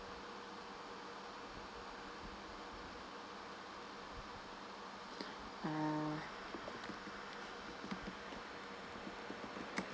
uh